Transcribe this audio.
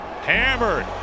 Hammered